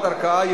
אדוני